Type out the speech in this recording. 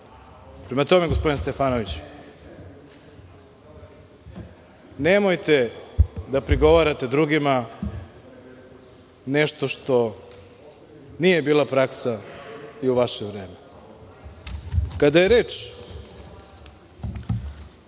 delo. Prema tome, gospodine Stefanoviću, nemojte da prigovarate drugima nešto što nije bila praksa i u vaše vreme. Na kraju,